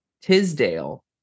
Tisdale